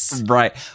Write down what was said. Right